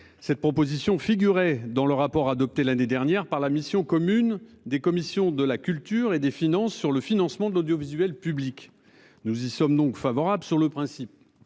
Cette proposition figurait dans le rapport adopté l'année dernière par la mission commune des commissions de la culture et des finances sur le financement de l'audiovisuel public. Nous y sommes donc favorables sur le principe.